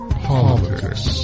politics